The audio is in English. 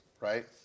right